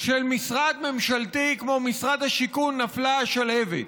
של משרד ממשלתי כמו משרד השיכון נפלה השלהבת.